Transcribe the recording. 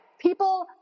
people